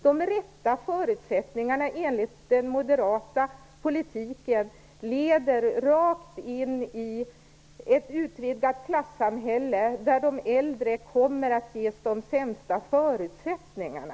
De rätta förutsättningarna enligt den moderata politiken leder rakt in i ett utvidgat klassamhälle där de äldre kommer att ges de sämsta förutsättningarna.